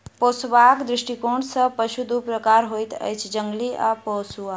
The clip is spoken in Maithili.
पोसबाक दृष्टिकोण सॅ पशु दू प्रकारक होइत अछि, जंगली आ पोसुआ